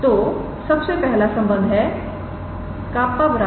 तो सबसे पहला संबंध है 𝜅